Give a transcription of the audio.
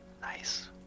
Nice